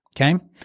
Okay